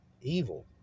Evil